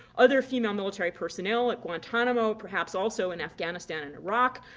other female military personnel at guantanamo, perhaps also in afghanistan and iraq,